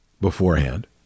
beforehand